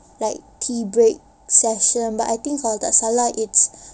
like tea break session but I think kalau tak salah it's